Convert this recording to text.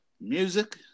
music